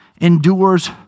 endures